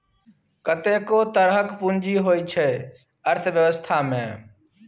कतेको तरहक पुंजी होइ छै अर्थबेबस्था मे